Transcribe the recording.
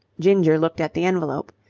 ginger looked at the envelope.